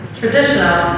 traditional